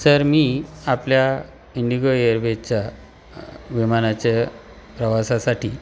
sir मी आपल्या IndiGo एअरवेजच्या विमानाच्या प्रवासासाठी